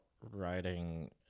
writing